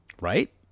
Right